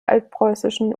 altpreußischen